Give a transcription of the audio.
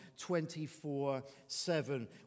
24-7